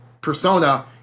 Persona